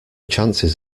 chances